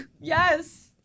Yes